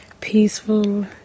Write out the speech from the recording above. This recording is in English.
peaceful